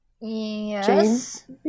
Yes